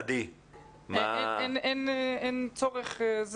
אין צורך.